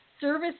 service